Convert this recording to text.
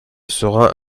sera